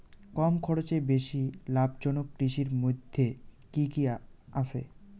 কম খরচে বেশি লাভজনক কৃষির মইধ্যে কি কি আসে?